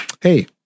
Hey